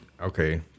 Okay